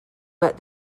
let